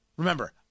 Remember